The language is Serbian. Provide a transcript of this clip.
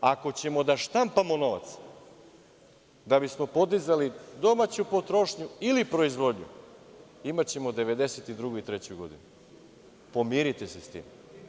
Ako ćemo da štampamo novac da bismo podizali domaću potrošnju ili proizvodnju, imaćemo 1992. i 1993. godinu, pomirite se sa tim.